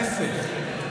להפך,